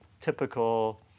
typical